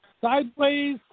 Sideways